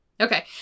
Okay